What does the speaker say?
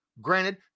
Granted